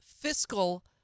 fiscal